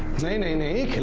dna.